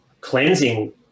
cleansing